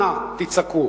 אנא, תצעקו.